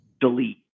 delete